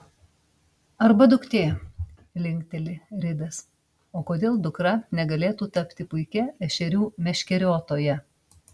arba duktė linkteli ridas o kodėl dukra negalėtų tapti puikia ešerių meškeriotoja